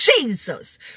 Jesus